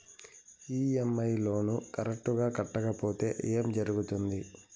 EMI loan correct గా కట్టకపోతే ఏం జరుగుతుంది